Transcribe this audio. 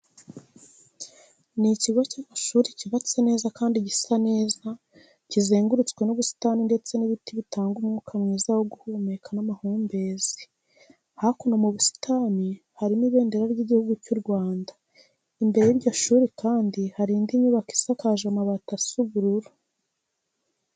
Ni ikigo cy'amashuri cyubatse neza kandi gisa neza, kizengurutswe n'ubusitani ndetse n'ibiti bitanga umwuka mwiza wo guhumeka n'amahumbezi. Hakuno mu busitani harimo Ibendera ry'Iguhugu cy'u Rwanda, imbere y'iryo shuri kandi hari indi nyubako isakaje amabati asa ubururu.